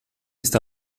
está